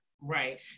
Right